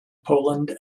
poland